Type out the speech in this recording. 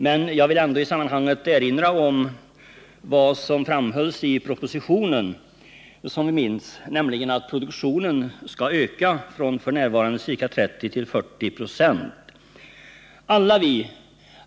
Men jag vill ändå i sammanhanget erinra om vad som framhölls i propositionen, nämligen att, som vi minns, produktionen skall öka från f. n. ca 30 96 till ca 40 96.